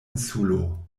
insulo